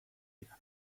dira